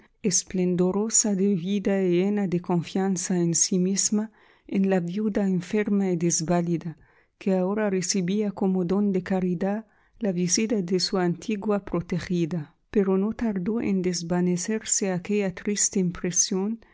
esplendorosa de vida y llena de confianza en sí misma en la viuda enferma y desvalida que ahora recibía como don de caridad la visita de su antigua protegida pero no tardó en desvanecerse aquella triste impresión